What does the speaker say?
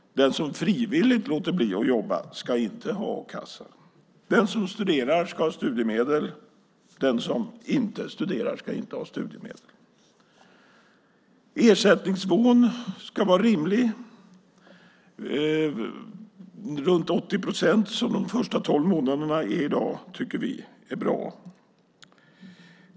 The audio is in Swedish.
Den som frivilligt låter bli att jobba ska inte ha a-kassa. Den som studerar ska ha studiemedel. Den som inte studerar ska inte ha studiemedel. Ersättningsnivån ska vara rimlig. Runt 80 procent, som i dag gäller för de första tolv månaderna, tycker vi är bra.